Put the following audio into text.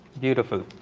Beautiful